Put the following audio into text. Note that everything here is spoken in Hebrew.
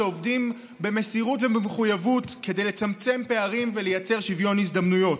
שעובדים במסירות ובמחויבות כדי לצמצם פערים ולייצר שוויון הזדמנויות.